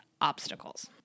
obstacles